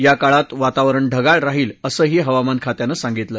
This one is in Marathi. या काळात वातावरण ढगाळ राहील असंही हवामानखात्यानं सांगितलं